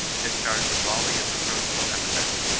discharged a volley of reproachful epithets,